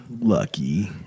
Lucky